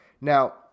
Now